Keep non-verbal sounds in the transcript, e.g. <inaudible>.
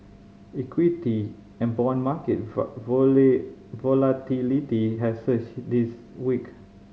equity and bond market <unintelligible> volatility has surged this week